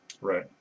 Right